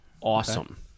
Awesome